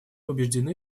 убеждены